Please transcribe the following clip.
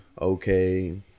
okay